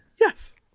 Yes